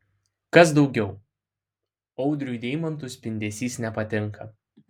kas daugiau audriui deimantų spindesys nepatinka